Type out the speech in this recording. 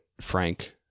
Frank